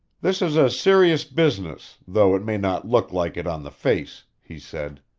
this is a serious business, though it may not look like it on the face, he said.